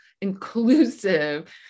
inclusive